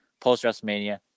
post-WrestleMania